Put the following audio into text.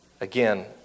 Again